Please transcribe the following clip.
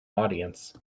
audience